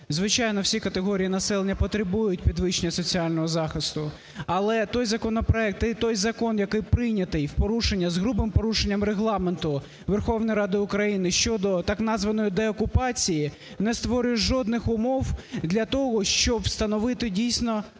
Звичайно, всі категорії населення потребують підвищення соціального захисту, але той законопроект і той закон, який прийнятий в порушення з грубим порушенням Регламенту Верховної Ради України щодо так названої деокупації, не створює жодних умов для того, щоб встановити дійсно мир